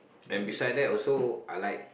and beside that also I like